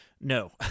No